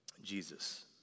Jesus